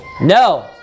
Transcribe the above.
No